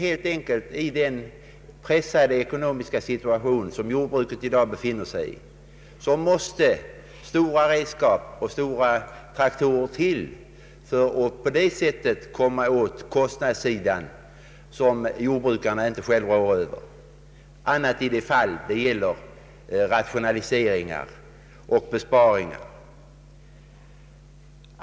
I den pressade ekonomiska situation som jordbruket i dag befinner sig i måste stora redskap och stora traktorer till för att komma åt kostnadssidan, som jordbrukarna inte själva råder över på annat sätt än i fråga om rationaliseringar och besparingar.